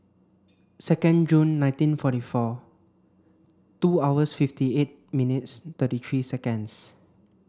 second June nineteen forty four two hours fifty eight minutes thirty three seconds